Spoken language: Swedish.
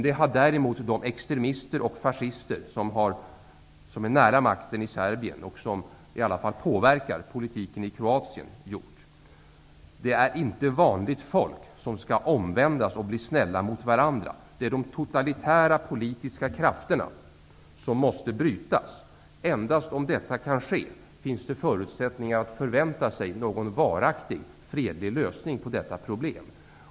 Det har däremot de extremister och fascister som är nära makten i Serbien och som i alla fall påverkar politiken i Kroatien gjort. Det är inte vanligt folk som skall omvändas och bli snälla mot varandra. Det är de totalitära politiska krafterna som måste brytas. Endast om detta kan ske finns det förutsättningar att förvänta sig någon varaktig fredlig lösning på detta problem.